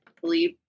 believe